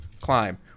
climb